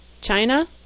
China